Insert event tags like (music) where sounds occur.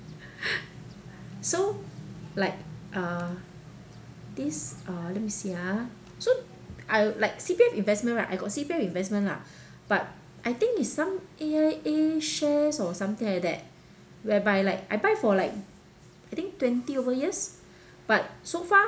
(laughs) so like uh this let me see ah so I like C_P_F investment right I got C_P_F investment lah but I think it's some A_I_A shares or something like that whereby like I buy for like I think twenty over years but so far